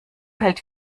hält